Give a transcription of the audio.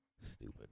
stupid